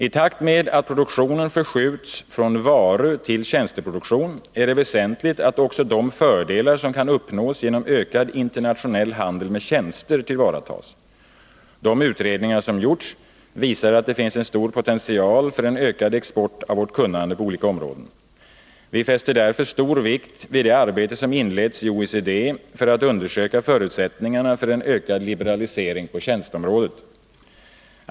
I takt med att produktionen förskjuts från varutill tjänsteproduktion är det väsentligt att också de fördelar som kan uppnås genom ökad internationell handel med tjänster tillvaratas. De utredningar som gjorts visar att det finns en stor potential för ökad export av vårt kunnande på olika områden. Vi fäster därför stor vikt vid det arbete som inletts i OECD för att undersöka förutsättningarna för en ökad liberalisering på tjänsteområdet.